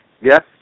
Yes